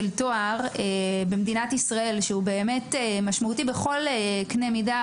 תואר במדינת ישראל שהוא משמעותי בכל קנה מידה,